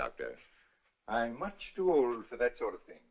doctor i'm much too old for that sort of thing